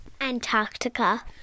Antarctica